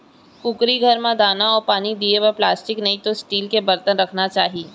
कुकरी घर म दाना अउ पानी दिये बर प्लास्टिक नइतो स्टील के बरतन राखना चाही